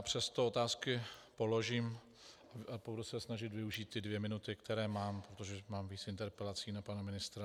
Přesto otázky položím a budu se snažit využít dvě minuty, které mám, protože mám víc interpelací na pana ministra.